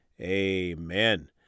amen